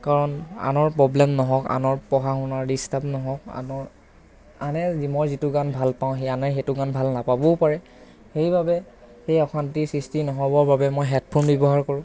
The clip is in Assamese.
কাৰণ আনৰ প্ৰব্লেম নহওঁক আনৰ পঢ়া শুনাৰ ডিষ্টাৰ্ব নহওঁক আনৰ আনে মই যিটো গান ভাল পাওঁ আনে সেইটো গান ভাল নাপাবও পাৰে সেইবাবে সেই অশান্তিৰ সৃষ্টি নহ'বৰ বাবে মই হেডফোন ব্যৱহাৰ কৰোঁ